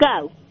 go